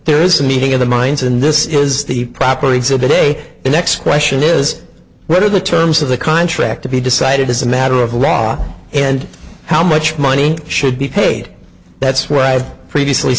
there is a meeting of the minds and this is the proper exhibit a the next question is what are the terms of the contract to be decided is a matter of law and how much money should be paid that's why i've previously